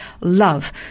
love